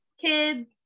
kids